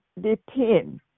depend